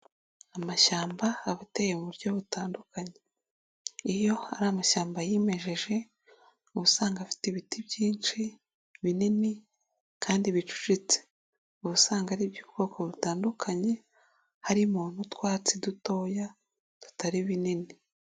Amashyamba aba ateye mu buryo butandukanye. Iyo ari amashyamba yimejeje ubu usanga afite ibiti byinshi, binini kandi bicucitse. Ubu usanga ari iby'ubwoko butandukanye, harimo n'utwatsi dutoya tutari binini.